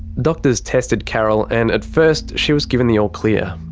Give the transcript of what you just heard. doctors tested carol and at first, she was given the all clear.